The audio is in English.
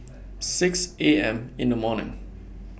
six A M in The morning